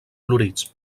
florits